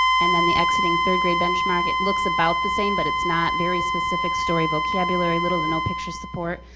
and then the exiting third grade benchmark, it looks about the same, but it's not. very specific story vocabulary, little to no picture support.